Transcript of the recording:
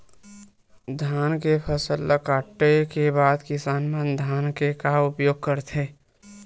धान के फसल ला काटे के बाद किसान मन धान के का उपयोग करथे?